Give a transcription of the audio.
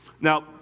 Now